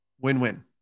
Win-win